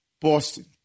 Boston